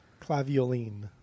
Clavioline